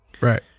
right